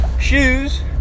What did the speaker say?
shoes